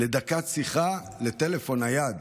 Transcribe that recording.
כבוד השר, לדקת שיחה לטלפון נייד.